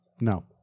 No